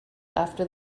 after